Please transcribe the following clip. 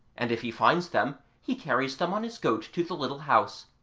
and if he finds them he carries them on his goat to the little house,